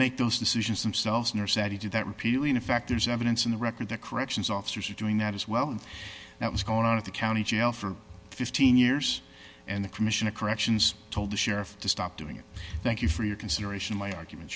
make those decisions themselves nurse that you do that repeatedly in fact there's evidence in the record the corrections officers are doing that as well and that was going on at the county jail for fifteen years and the commission of corrections told the sheriff to stop doing it thank you for your consideration my arguments